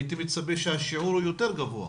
הייתי מצפה שהשיעור יהיה יותר גבוה.